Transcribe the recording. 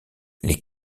les